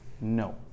No